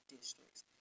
districts